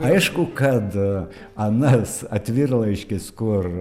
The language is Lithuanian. aišku kad anas atvirlaiškis kur